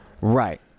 right